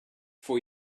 for